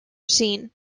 scene